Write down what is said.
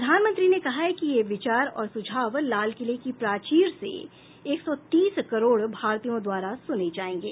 प्रधानमंत्री ने कहा है कि ये विचार और सुझाव लाल किले की प्राचीर से एक सौ तीस करोड़ भारतीयों द्वारा सुने जायेंगे